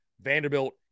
Vanderbilt